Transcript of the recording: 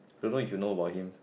don't know if you know about him